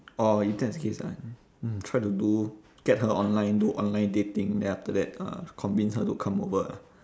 orh if that's the case ah mm try to do get her online do online dating then after that uh convince her to come over